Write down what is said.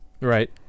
Right